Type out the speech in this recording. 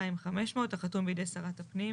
יבוא: "(טז) הוראות סעיף קטן (א) לא יחולו על השטחים המתוארים